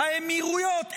האמירויות,